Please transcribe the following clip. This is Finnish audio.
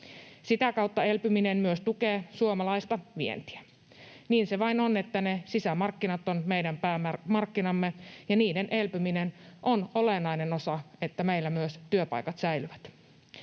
Sitä kautta elpyminen myös tukee suomalaista vientiä. Niin se vain on, että ne sisämarkkinat ovat meidän päämarkkinamme ja niiden elpyminen on olennainen osa siinä, että meillä myös työpaikat säilyvät.